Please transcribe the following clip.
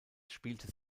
spielte